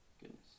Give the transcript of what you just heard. Goodness